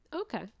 okay